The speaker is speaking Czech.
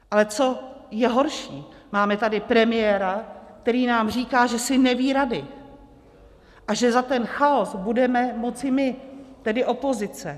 Ale co je horší, máme tady premiéra, který nám říká, že si neví rady a že za ten chaos budeme moci my, tedy opozice.